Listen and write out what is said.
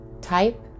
type